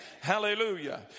Hallelujah